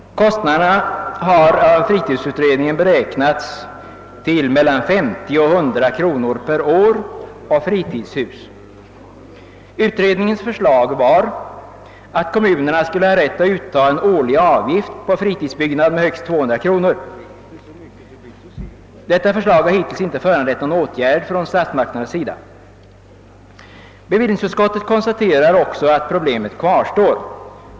Kostnaderna har av fritidsutredningen beräknats till mellan 50 och 100 kronor per år och fritidshus. Utredningens förslag var att kommunerna skulle ha rätt att utta en årlig avgift per fritidsbostad på högst 200 kronor. Detta förslag har hittills inte föranlett någon åtgärd från statsmakternas sida. Bevillningsutskottet konstaterar också att problemet kvarstår.